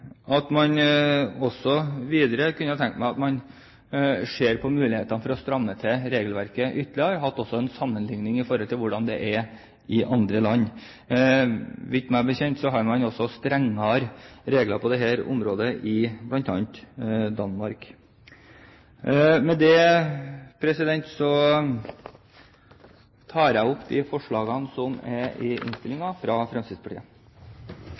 også tenkt meg at man så på muligheten for å stramme til regelverket ytterligere, og sammenliknet med hvordan det er i andre land. Så vidt jeg vet, har man også strengere regler på dette området i bl.a. Danmark. Med det tar jeg opp de forslagene som er inntatt i innstillingen, fra Fremskrittspartiet.